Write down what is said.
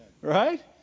Right